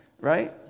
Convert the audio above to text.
Right